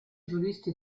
giuristi